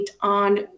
on